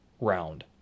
round